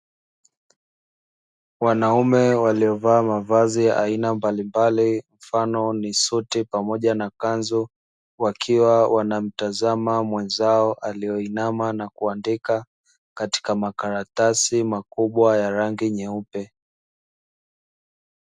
Wanaume waliovaa mavazi ya aina mbalimbali mfano ni suti pamoja na kanzu, wakiwa wanamtazama mwenzao aliyeinama na kuandika katika makaratasi makubwa ya rangi nyeupe.